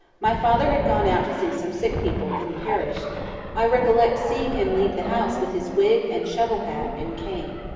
my father had gone out to see some sick people in the parish i recollect seeing him leave the house with his wig and shovel-hat and cane.